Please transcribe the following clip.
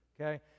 okay